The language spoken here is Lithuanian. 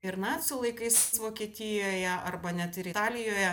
ir nacių laikais vokietijoje arba net ir italijoje